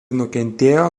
nukentėjo